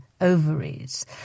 ovaries